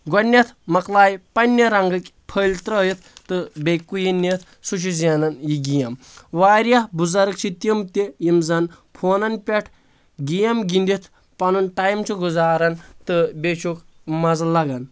گۄڈنیتھ مۄکلایہِ پننہِ رنگٕکۍ پھٔلۍ ترٲیتھ تہٕ بییٚہِ کُیِن نِتھ سُہ چھُ زینن یہِ گیم واریاہ بٕزرگ چھِ تِم تہِ یِم زن فونن پٮ۪ٹھ گیم گنٛدِتھ پنُن ٹایم چھِ گُزاران تہٕ بییٚہِ چھُکھ مزٕ لگان